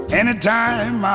anytime